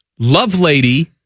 Lovelady